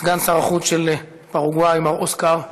ואת סגן שר החוץ של פרגוואי, מר אוסקר קבלו: